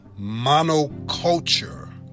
monoculture